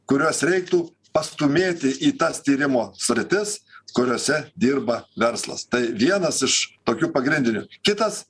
kuriuos reiktų pastūmėti į tas tyrimo sritis kuriose dirba verslas tai vienas iš tokių pagrindinių kitas